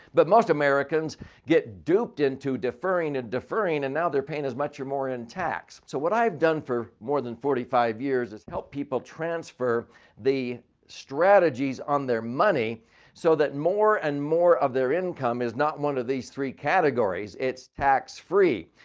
but most americans get duped into deferring and deferring. and now, they're paying as much and more in tax. so, what i've done for more than forty five years is help people transfer the strategies on their money so that more and more of their income is not one of these categories. it's tax-free.